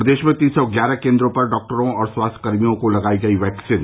प्रदेश में तीन सौ ग्यारह केन्द्रों पर डॉक्टरों और स्वास्थ्यकर्मियों को लगाई गई वैक्सीन